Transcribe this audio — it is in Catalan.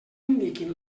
indiquin